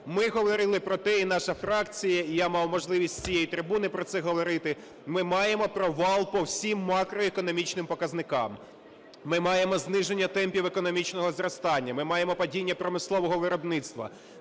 ми говорили про те, і наша фракція, і я мав можливість з цієї трибуни про це говорити, ми маємо провал по всі макроекономічним показникам. Ми маємо зниження темпів економічного зростання, ми маємо падіння промислового виробництва,